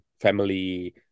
family